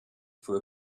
for